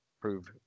prove